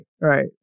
Right